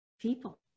people